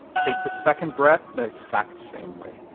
bake the second bread the exact same way.